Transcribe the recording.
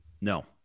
No